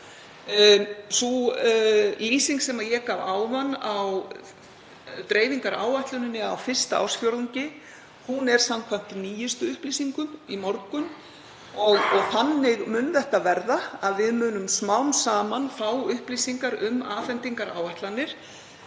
Sú lýsing sem ég gaf áðan á dreifingaráætluninni á fyrsta ársfjórðungi er samkvæmt nýjustu upplýsingum, frá því í morgun. Og þannig mun það verða, að við munum smám saman fá upplýsingar um afhendingaráætlanir.